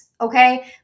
Okay